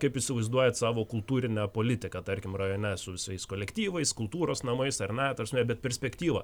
kaip įsivaizduojat savo kultūrinę politiką tarkim rajone su visais kolektyvais kultūros namais ar ne ta prasme bet perspektyvą